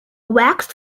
waxed